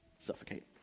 suffocate